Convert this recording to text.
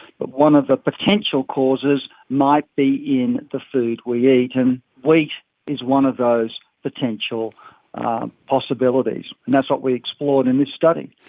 but one of the potential causes might be in the food we eat, and wheat is one of those potential possibilities. and that's what we explored in this study.